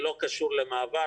זה לא קשור למעבר,